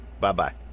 Bye-bye